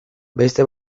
beste